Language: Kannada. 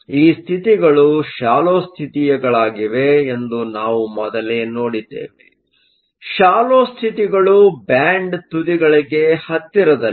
ಈ ಸ್ಥಿತಿಗಳು ಶಾಲ್ಲೊ ಸ್ಥಿತಿಯಗಳಾಗಿವೆ ಎಂದು ನಾವು ಮೊದಲೇ ನೋಡಿದ್ದೇವೆ ಶಾಲ್ಲೊ ಸ್ಥಿತಿಗಳುಗಳು ಬ್ಯಾಂಡ್ತುದಿಗಳಿಗೆ ಹತ್ತಿರದಲ್ಲಿವೆ